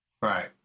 Right